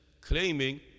claiming